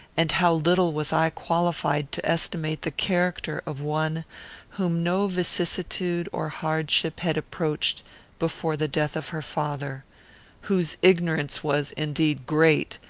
and how little was i qualified to estimate the character of one whom no vicissitude or hardship had approached before the death of her father whose ignorance was, indeed, great,